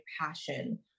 passion